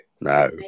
No